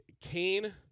Cain